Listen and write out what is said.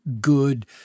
good